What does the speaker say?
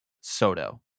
Soto